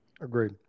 Agreed